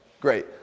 Great